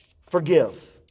forgive